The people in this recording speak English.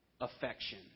affection